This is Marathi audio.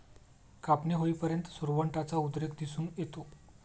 कापणी होईपर्यंत सुरवंटाचा उद्रेक दिसून येतो